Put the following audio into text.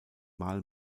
mal